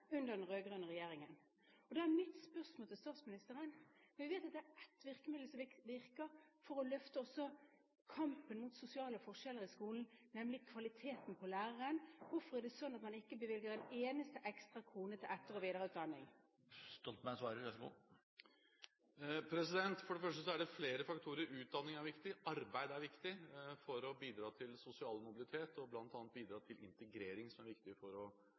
under den rød-grønne regjeringen. Da er mitt spørsmål til statsministeren, for jeg vet at det er ett virkemiddel som virker for å løfte også kampen mot sosiale forskjeller i skolen, nemlig kvaliteten på læreren: Hvorfor er det slik at man ikke bevilger en eneste ekstra krone til etter- og videreutdanning? For det første: Det er flere faktorer – utdanning er viktig, arbeid er viktig – for å bidra til sosial mobilitet og bl.a. bidra til integrering, som er viktig for å bidra til sosial mobilitet. For det andre er